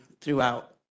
throughout